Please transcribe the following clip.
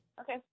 Okay